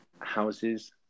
houses